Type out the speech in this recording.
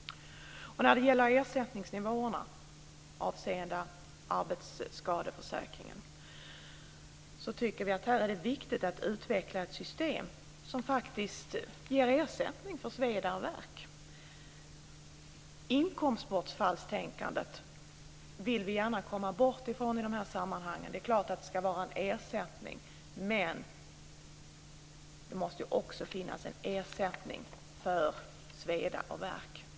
När det gäller ersättningsnivåerna i arbetsskadeförsäkringen är det viktigt att man utvecklar ett system som ger ersättning för sveda och värk. Vi vill gärna komma bort ifrån inkomstbortfallstänkandet. Det är klart att det ska vara en ersättning, men det måste också finnas en ersättning för sveda och värk.